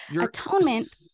Atonement